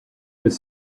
could